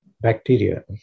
bacteria